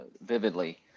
vividly